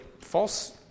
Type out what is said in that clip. false